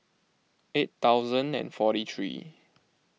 eight thousand and forty three